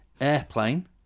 Airplane